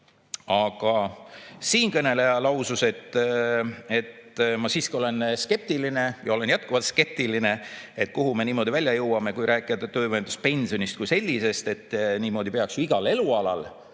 Siinkõneleja lausus, et ta siiski on skeptiline – ja olen jätkuvalt skeptiline –, et kuhu me niimoodi välja jõuame. Kui rääkida töövõimetuspensionist kui sellisest, siis niimoodi peaks siis ju igal elualal